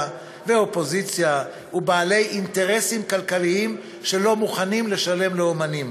ואופוזיציה ובעלי אינטרסים כלכליים שלא מוכנים לשלם לאמנים.